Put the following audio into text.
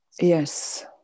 Yes